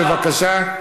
בבקשה.